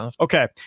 Okay